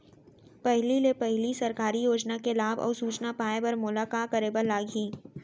पहिले ले पहिली सरकारी योजना के लाभ अऊ सूचना पाए बर मोला का करे बर लागही?